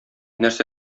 нәрсә